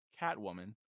Catwoman